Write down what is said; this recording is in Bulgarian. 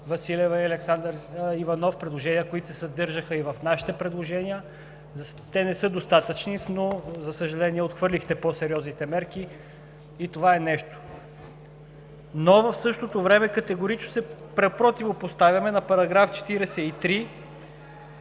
Василева и Александър Иванов, които се съдържаха и в нашите предложения. Те не са достатъчни, но, за съжаление, отхвърлихте по-сериозните мерки. И това е нещо. Но в същото време категорично се противопоставяме на § 43,